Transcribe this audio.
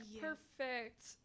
perfect